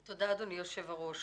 תודה אדוני יושב-הראש.